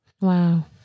Wow